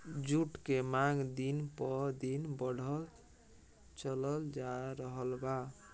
जुट के मांग दिन प दिन बढ़ल चलल जा रहल बा